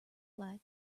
like